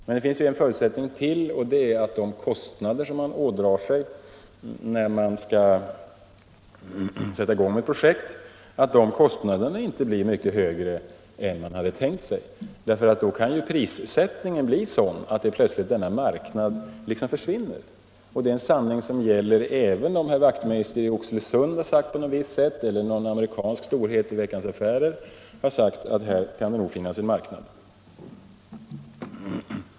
Men det finns ännu en förutsättning, och det är att de kostnader som man ådrar sig när man sätter i gång ett projekt inte får bli mycket högre än man hade tänkt sig, ty då kan prissättningen bli sådan att marknaden plötsligt försvinner. Det är en sanning som gäller även om herr Wachtmeister i Oxelösund uttalar sig på ett visst sätt eller om någon amerikansk storhet säger i Veckans affärer att det nog finns en marknad.